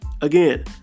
Again